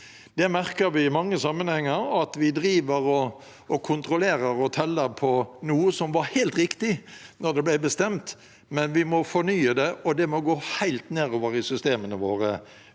Vi merker i mange sammenhenger at vi driver og kontrollerer og teller på noe som var helt riktig da det ble bestemt, men som vi må fornye, og det må gå helt ned i systemene våre